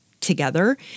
together